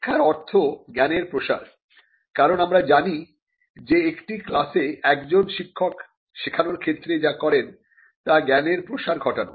শিক্ষার অর্থ জ্ঞানের প্রসার কারণ আমরা জানি যে একটি ক্লাসে একজন শিক্ষক শেখানোর ক্ষেত্রে যা করেন তা জ্ঞানের প্রসার ঘটান